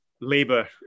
Labor